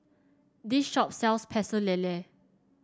this shop sells Pecel Lele